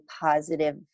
positive